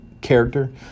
character